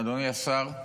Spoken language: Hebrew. אדוני השר,